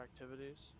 activities